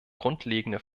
grundlegende